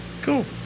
Cool